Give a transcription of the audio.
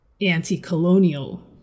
anti-colonial